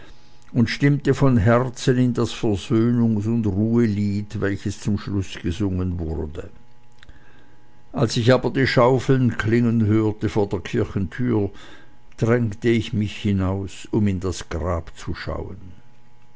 und stimmte von herzen in das versöhnungs und ruhelied welches zum schlusse gesungen wurde als ich aber die schaufeln klingen hörte vor der kirchentür drängte ich mich hinaus um in das grab zu schauen